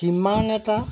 সিমান এটা